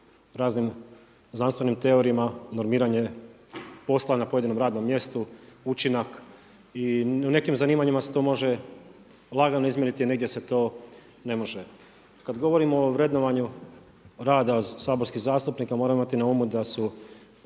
raznim znanstvenim teorijama normiranje posla na pojedinom radnom mjestu, učinak i u nekim zanimanjima se to može lagano izmjeriti, negdje se to ne može. Kad govorimo o vrednovanju rada saborskih zastupnika moramo imati na umu da su